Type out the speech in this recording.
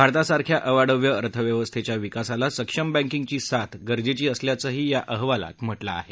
भारतासारख्या अवाढव्य अर्थव्यवस्थेच्या विकासाला सक्षम बँकीगची साथ गरजेची असल्याचंही या अहवालात नमूद करण्यात आलं आहे